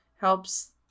helps